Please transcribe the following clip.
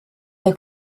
der